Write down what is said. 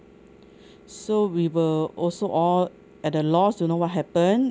so we were also all at a loss don't know what happened